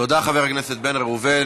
תודה, חבר הכנסת בן ראובן.